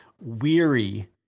weary